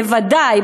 בוודאי.